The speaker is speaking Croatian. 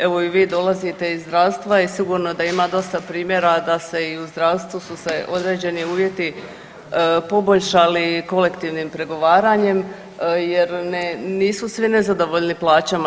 Evo i vi dolazite iz zdravstva i sigurno da ima dosta primjera da se i u zdravstvu su se određeni uvjeti poboljšali kolektivnim pregovaranjem jer nisu svi nezadovoljni plaćama.